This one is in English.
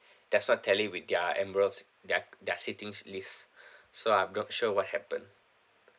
does not tally with their Emirates their their seating list so I'm not sure what happened